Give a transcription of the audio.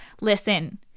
listen